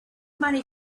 money